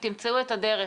תמצאו את הדרך.